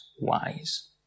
wise